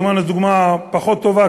דימונה היא דוגמה פחות טובה,